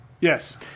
Yes